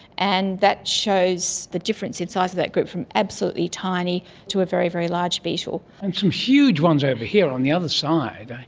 and that shows the difference in size of that group from absolutely tiny to a very, very large beetle. and some huge ones over here on the other side.